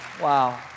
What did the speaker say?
Wow